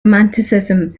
romanticism